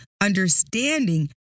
understanding